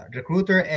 Recruiter